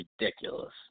ridiculous